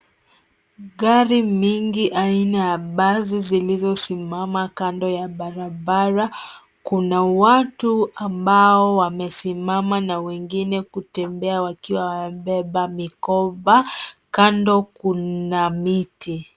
Gari mingi aina ya basi zilizosimama kando ya barabara. Kuna watu ambao wamesimama na wengine kutembea wakiwa wamebeba mikoba. Kando kuna miti.